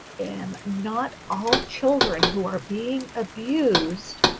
and not all children who are being abused